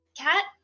Cat